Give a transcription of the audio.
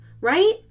right